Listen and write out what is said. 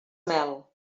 mel